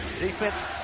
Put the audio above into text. Defense